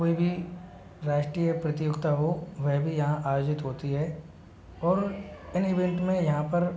कोई भी राष्ट्रीय प्रतियोगिता हो वह भी यहाँ आयोजित होती है और इन इवेन्ट में यहाँ पर